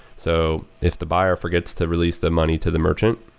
so if the buyer forgets to release the money to the merchant,